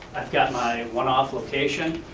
i've got my one-off location,